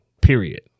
Period